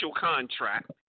contract